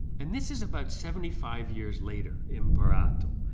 and this is about seventy five years later, imparato,